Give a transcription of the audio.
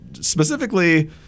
specifically